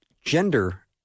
gender